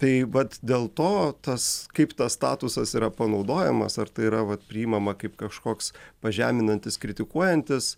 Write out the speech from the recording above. tai vat dėl to tas kaip tas statusas yra panaudojamas ar tai yra vat priimama kaip kažkoks pažeminantis kritikuojantis